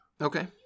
Okay